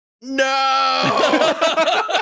No